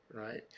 right